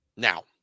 Now